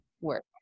work